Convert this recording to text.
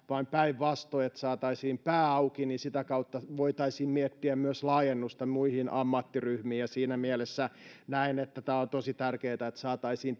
vaan päinvastoin jos saataisiin pää auki niin sitä kautta voitaisiin miettiä myös laajennusta muihin ammattiryhmiin ja siinä mielessä näen että tämä on tosi tärkeää että saataisiin